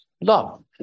love